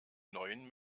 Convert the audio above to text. neuen